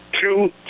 Two